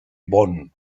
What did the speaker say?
bonn